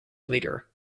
leader